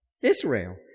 Israel